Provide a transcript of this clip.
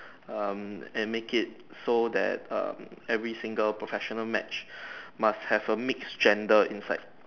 um and make it so that um every single professional match must have a mix gender inside